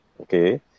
Okay